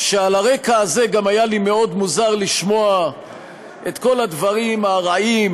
שעל הרקע הזה גם היה לי מאוד מוזר לשמוע את כל הדברים הרעים